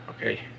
okay